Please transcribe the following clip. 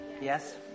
Yes